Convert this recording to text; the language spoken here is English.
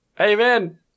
Amen